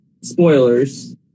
Spoilers